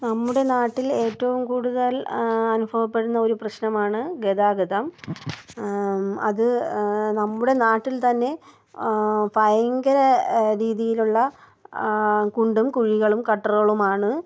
നമ്മുടെ നാട്ടിൽ ഏറ്റവും കൂടുതൽ അനുഭവപ്പെടുന്ന ഒരു പ്രശ്നമാണ് ഗതാഗതം അത് നമ്മുടെ നാട്ടിൽ തന്നെ ഭയങ്കര രീതിയിലുള്ള കുണ്ടും കുഴികളും കട്ടറുകളുമാണ്